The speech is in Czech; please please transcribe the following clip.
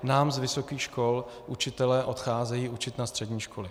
Nám z vysokých škol učitelé odcházejí učit na střední školy.